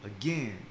Again